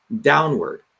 downward